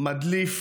מדליף,